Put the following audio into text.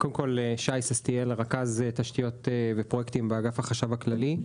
אני רכז תשתיות ופרויקטים באגף החשב הכללי.